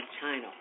China